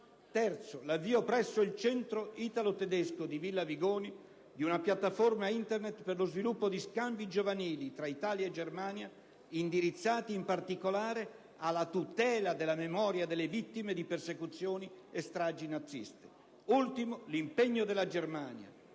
memoria; l'avvio presso il Centro italo-tedesco di Villa Vigoni di una piattaforma Internet per lo sviluppo di scambi giovanili tra Italia e Germania indirizzati, in particolare, alla tutela della memoria delle vittime di persecuzioni e stragi naziste; da ultimo, l'impegno della Germania